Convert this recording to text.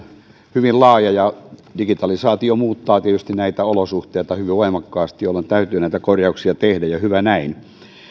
hyvin laaja ja digitalisaatio muuttaa tietysti näitä olosuhteita hyvin voimakkaasti jolloin täytyy näitä korjauksia tehdä ja hyvä näin